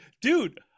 dude